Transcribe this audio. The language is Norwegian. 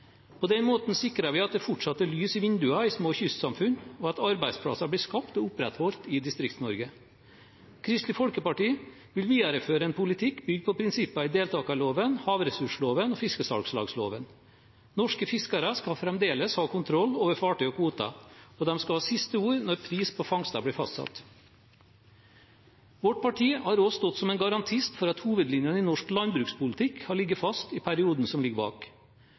På den måten sikrer vi at det fortsatt er lys i vinduene i små kystsamfunn, og at arbeidsplasser blir skapt og opprettholdt i Distrikts-Norge. Kristelig Folkeparti vil videreføre en politikk bygd på prinsippene i deltakerloven, havressursloven og fiskesalglagsloven. Norske fiskere skal fremdeles ha kontroll over fartøyer og kvoter, og de skal ha siste ord når prisen på fangster blir fastsatt. Vårt parti har også stått som en garantist for at hovedlinjene i norsk landbrukspolitikk har ligget fast i perioden som ligger bak